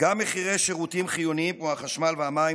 גם מחירי שירותים חיוניים כמו החשמל והמים,